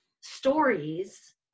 stories